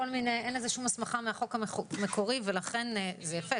אין לזה שום הסמכה בחוק המקורי למרות שזה יפה,